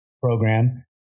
program